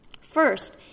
First